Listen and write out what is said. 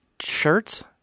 shirts